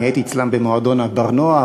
אני הייתי אצלם במועדון ה"בר-נוער",